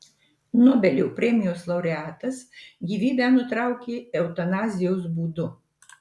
nobelio premijos laureatas gyvybę nutraukė eutanazijos būdu